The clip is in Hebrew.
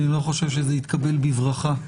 אני לא חושב שזה יתקבל בברכה.